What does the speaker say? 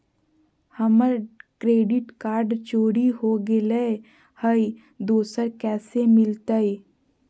हमर credit card चोरी हो गेलय हई, दुसर कैसे मिलतई?